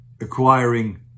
acquiring